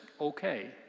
okay